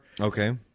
Okay